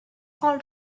all